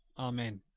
amen.